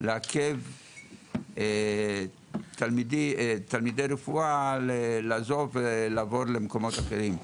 לעכב תלמידי רפואה מלעזוב ולעבור למקומות אחרים.